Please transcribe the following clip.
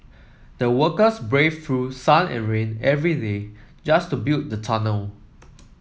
the workers braved through sun and rain every day just to build the tunnel